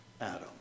Adam